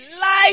life